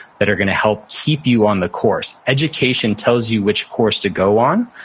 that are going to help keep you on the course. education tells you which course to go on,